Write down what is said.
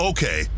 Okay